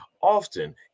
Often